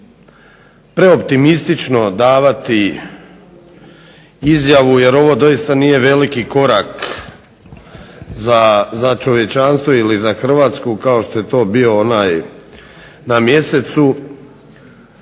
preoptimistično davati izjavu jer ovo doista nije veliki korak za čovječanstvo ili za Hrvatsku kao što je to bio onaj na Mjesecu,